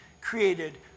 created